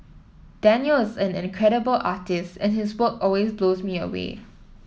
Daniel is an incredible artist and his work always blows me away